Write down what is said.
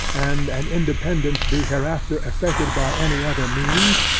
and an independance be hereafter effected by any other means,